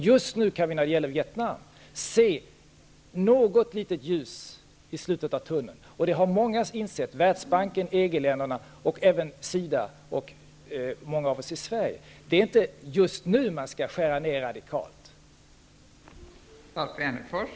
Just nu kan vi när det gäller Vietnam se något litet ljus i slutet av tunneln, och det har många insett -- Världsbanken, EG-länderna, SIDA och många av oss i Sverige. Det är inte just nu man skall skära ner biståndet radikalt.